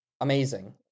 Amazing